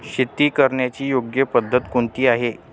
शेती करण्याची योग्य पद्धत कोणती आहे?